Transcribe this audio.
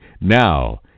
Now